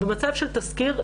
במצב של תסקיר,